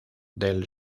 del